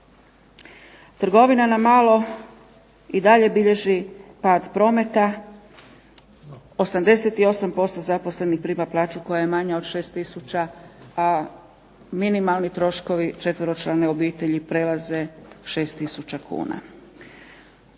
Trgovina na malo i dalje bilježi pad prometa, 88% zaposlenih prima plaću koja je manja od 6 tisuća, a minimalni troškovi četveročlane obitelji prelaze 6 tisuća kuna.